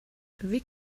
wie